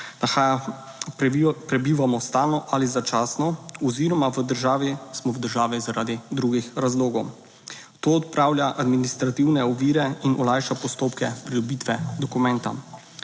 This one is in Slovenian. nahaja, prebivamo stalno ali začasno oziroma v državi smo v državi zaradi drugih razlogov. To odpravlja administrativne ovire in olajša postopke pridobitve dokumenta.